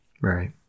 Right